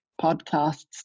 podcasts